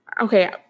okay